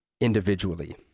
individually